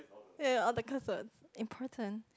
ya all the curse words important